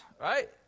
Right